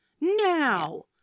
now